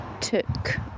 took